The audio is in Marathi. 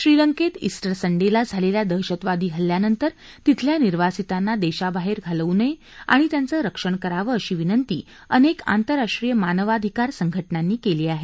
श्रीलंकेत इस्टर संडेला झालेल्या दहशतवादी हल्ल्यानंतर तिथल्या निर्वासितांना देशाबाहेर घालवू नये आणि त्यांचं रक्षण करावं अशी विनंती अनेक आंतरराष्ट्रीय मानवाधिकार संघटनांनी केली आहे